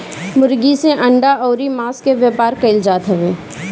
मुर्गी से अंडा अउरी मांस के व्यापार कईल जात हवे